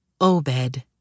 Obed